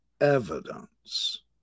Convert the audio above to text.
evidence